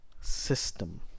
system